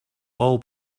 all